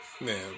man